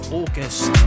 august